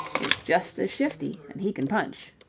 is just as shifty, and he can punch.